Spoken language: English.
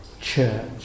church